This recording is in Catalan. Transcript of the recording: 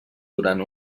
durant